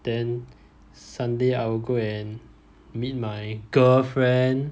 then sunday I will go and meet my girlfriend